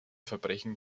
verbrechen